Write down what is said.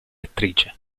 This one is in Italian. attrice